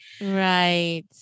right